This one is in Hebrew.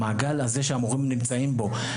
המעגל הזה שהמורים נמצאים בו.